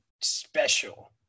special